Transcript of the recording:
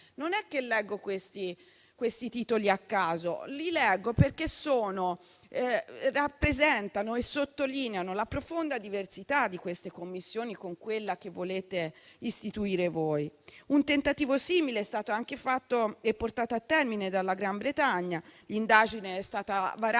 Non leggo questi titoli a caso: li leggo perché rappresentano e sottolineano la profonda diversità di quelle commissioni rispetto a quella che volete istituire voi. Un tentativo simile è stato fatto e portato a termine dal Regno Unito; l'indagine è stata varata